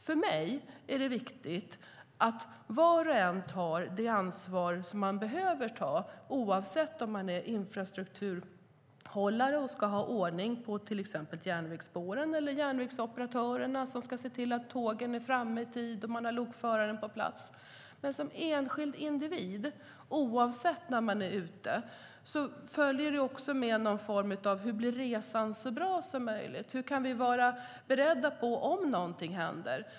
För mig är det viktigt att var och en tar det ansvar man behöver ta, oavsett om man är infrastrukturhållare, som ska ha ordning på till exempel järnvägsspåren, eller järnvägsoperatör, som ska se till att tågen är framme i tid och att lokföraren är på plats. För en enskild individ, oavsett när man är ute, följer det med någon form av fråga: Hur blir resan så bra som möjligt, och hur kan vi vara beredda om någonting händer?